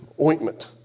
ointment